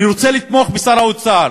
אני רוצה לתמוך בשר האוצר,